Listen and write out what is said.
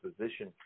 position